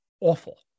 awful